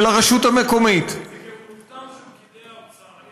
של הרשות המקומית של פקידי האוצר.